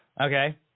Okay